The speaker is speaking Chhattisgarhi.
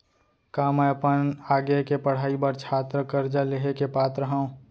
का मै अपन आगे के पढ़ाई बर छात्र कर्जा लिहे के पात्र हव?